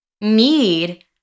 need